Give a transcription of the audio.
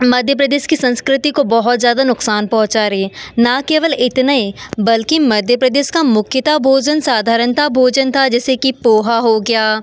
मध्य प्रदेश की संस्कृति को बहुत ज़्यादा नुकसान पहुँचा रही है न केवल इतना ही बल्कि मध्य प्रदेश का मुख्यतः भोज़न साधारणतः भोजन था जैसे कि पोहा हो गया